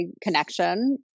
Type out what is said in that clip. connection